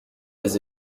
les